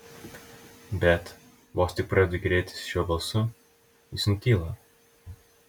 bet vos tik pradedu gėrėtis šiuo balsu jis nutyla